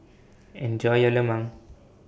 Enjoy your Lemang